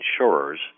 insurers